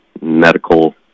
medical